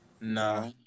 Nah